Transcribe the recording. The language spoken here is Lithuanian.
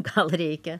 gal reikia